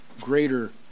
greater